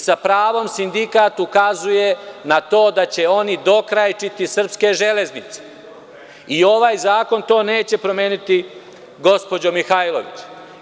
Sa pravom sindikat ukazuje na to da će oni dokrajčiti srpske železnice i ovaj zakon to neće promeniti, gospođo Mihajlović.